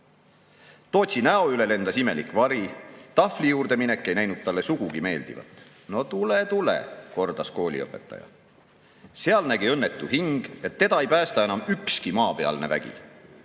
kõik."Tootsi näo üle lendas imelik vari. Tahvli juurde minek ei näinud talle sugugi meeldivat."No tule, tule!" kordas kooliõpetaja. Seal nägi õnnetu hing, et teda ei päästa enam ükski maapealne vägi.